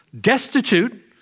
destitute